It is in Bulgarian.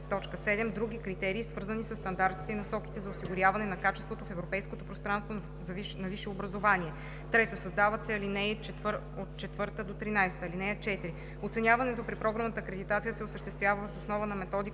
други критерии, свързани със стандартите и насоките за осигуряване на качеството в европейското пространство за висше образование.“ 3. Създават се ал. 4 – 13: „(4) Оценяването при програмната акредитация се осъществява въз основа на методика,